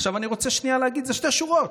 אני רוצה שנייה להגיד: זה שתי שורות,